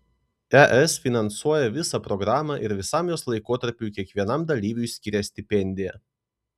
es finansuoja visą programą ir visam jos laikotarpiui kiekvienam dalyviui skiria stipendiją